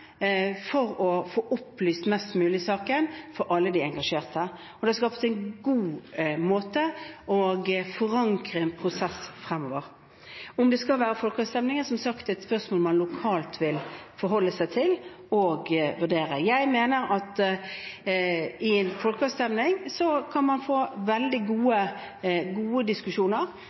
mest mulig for alle de engasjerte. Det har blitt skapt en god måte å forankre prosessen fremover på. Om det skal være folkeavstemning, er som sagt et spørsmål man lokalt vil forholde seg til og vurdere. Jeg mener at man gjennom en folkeavstemning kan få veldig gode diskusjoner, men man kan selvfølgelig også få de diskusjonene som man alltid kan få,